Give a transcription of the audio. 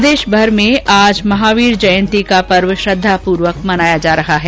प्रदेशभर में आज महावीर जंयती का पर्व श्रद्धापूर्वक मनाया जा रहा है